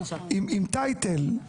עם טייטל,